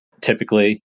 typically